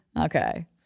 Okay